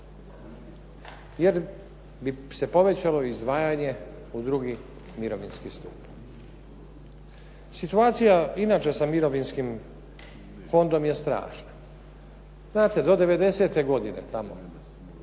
jer bi se povećalo izdvajanje u drugi mirovinski stup. Situacija inače sa Mirovinskim fondom je strašna. Znate, do 90. godine tamo,